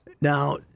Now